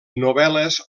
novel·les